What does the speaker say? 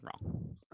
wrong